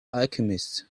alchemist